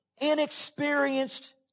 inexperienced